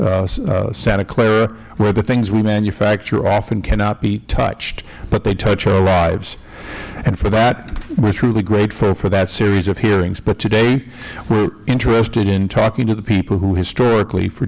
santa clara where the things we manufacture often cannot be touched but they touch our lives and for that we are truly grateful for that series of hearings but today we are interested in talking to the people who historically for